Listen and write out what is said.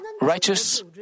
righteous